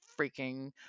freaking